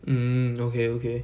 mm okay okay